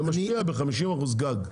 זה משפיע בחמישים אחוז גג.